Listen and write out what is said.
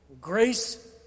grace